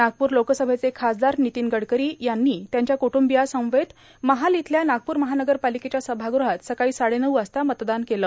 नागपूर लोकसभेचे खासदार नितीन गडकरी यांनी त्यांच्या क्ट्ंबियांसमवेत महाल इथल्या नागपूर महानगर पालिकेच्या सभागृहात सकाळी साडेनऊ वाजता मतदान केलं